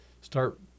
start